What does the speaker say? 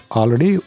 already